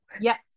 Yes